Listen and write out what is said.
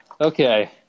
Okay